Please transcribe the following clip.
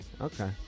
okay